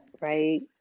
Right